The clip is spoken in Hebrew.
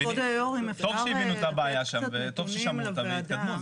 טוב שהבינו את הבעיה שם וטוב ששמעו אותה והתקדמו.